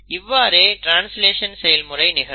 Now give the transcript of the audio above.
இவ்வாறே ட்ரான்ஸ்லேஷன் செயல்முறை நிகழும்